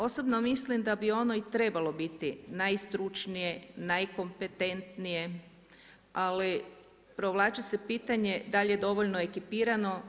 Osobno mislim da bi ono i trebalo biti najstručnije, najkompetentnije, ali provlači se pitanje da li je dovoljno ekipirano.